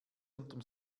unterm